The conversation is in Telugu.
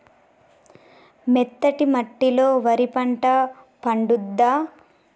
మెత్తటి మట్టిలో వరి పంట పండుద్దా?